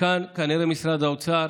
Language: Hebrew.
וכאן כנראה משרד האוצר,